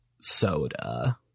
soda